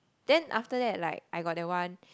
then after that like I got that one